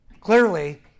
Clearly